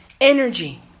energy